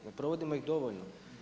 Ne provodimo ih dovoljno.